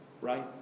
right